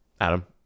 Adam